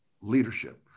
leadership